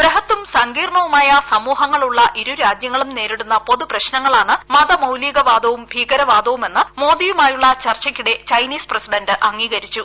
ബൃഹത്തും സങ്കീർണവുമായ സമൂഹങ്ങളുള്ള ഇരുരാജ്യങ്ങളും നേരിടുന്ന പൊതുപ്രശ്നങ്ങളാണ് മതമൌലികവാദവും ഭീകരവാദവും എന്ന് മോദിയുമായുള്ള ചർച്ചയ്ക്കിടെ ചൈനീസ് പ്രസിഡന്റ് അംഗീകരിച്ചു